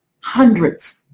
hundreds